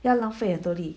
要浪费很多力